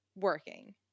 working